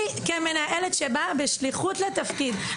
אני כמנהלת שבאה בשליחות לתפקיד,